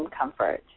comfort